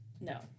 No